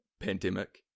pandemic